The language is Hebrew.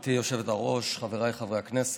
גברתי היושבת-ראש, חבריי חברי הכנסת,